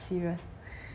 serious